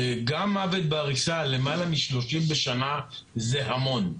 גם מוות בעריסה, למעלה מ-30 בשנה זה המון,